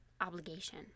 obligation